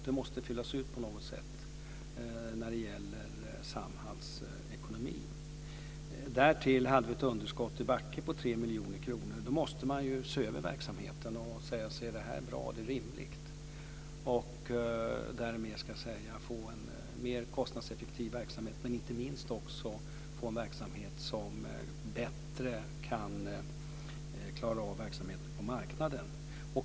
Det måste fyllas ut på något sätt när det gäller Samhalls ekonomi. Därtill hade vi ett underskott i Backe på 3 miljoner kronor. Då måste man ju se över verksamheten och fråga sig om det är bra och rimligt och därmed få en mer kostnadseffektiv verksamhet. Det handlar inte minst också om att få en verksamhet som bättre kan möta verksamheten på marknaden.